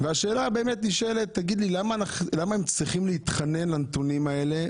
והשאלה שבאמת נשאלת היא למה הם צריכים להתחנן לנתונים האלה,